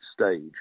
stage